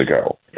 ago